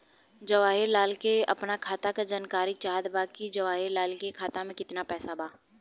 जवाहिर लाल के अपना खाता का जानकारी चाहत बा की जवाहिर लाल के खाता में कितना पैसा बा?